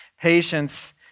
Patience